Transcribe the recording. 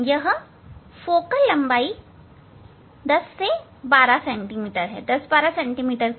यह फोकल लंबाई लगभग 10 12 सेंटीमीटर है